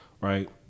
Right